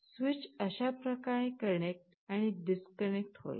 switch अश्या प्रमाणे connect आणि डिस्कनेक्ट होईल